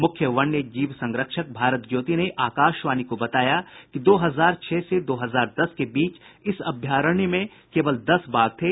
मुख्य वन्य जीव संरक्षक भारत ज्योति ने आकाशवाणी को बताया कि दो हजार छह से दो हजार दस के बीच इस अभयारण्य में केवल दस बाघ थे